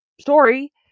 story